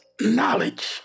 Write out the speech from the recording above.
knowledge